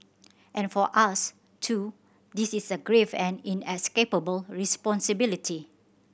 and for us too this is a grave and inescapable responsibility